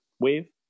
wave